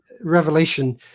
Revelation